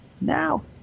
now